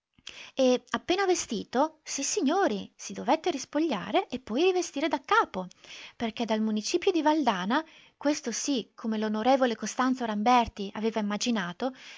e appena vestito sissignori si dovette rispogliare e poi rivestire daccapo perché dal municipio di valdana questo sì come l'on costanzo ramberti aveva immaginato